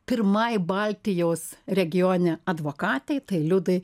pirmai baltijos regione advokatei tai liudai